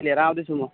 लिएर आउँदैछु म